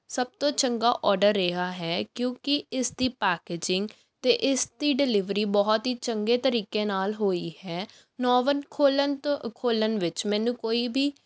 ਸਭ ਤੋਂ ਚੰਗਾ ਔਡਰ ਰਿਹਾ ਹੈ ਕਿਉਂਕਿ ਇਸ ਦੀ ਪੈਕੇਜਿੰਗ ਅਤੇ ਇਸ ਦੀ ਡਿਲੀਵਰੀ ਬਹੁਤ ਹੀ ਚੰਗੇ ਤਰੀਕੇ ਨਾਲ ਹੋਈ ਹੈ ਨੋਵਨ ਖੋਲ੍ਹਣ ਤੋਂ ਖੋਲ੍ਹਣ ਵਿੱਚ ਮੈਨੂੰ ਕੋਈ ਵੀ